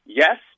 yes